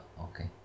okay